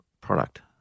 product